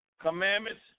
commandments